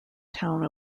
town